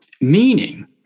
meaning